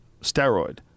steroid